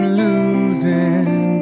losing